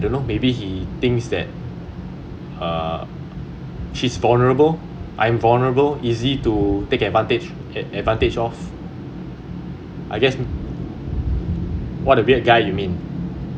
I don't know maybe he thinks that's uh she's vulnerable I'm vulnerable easy to take advantage advantage of I guess what a weird guy you mean